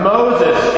Moses